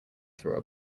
through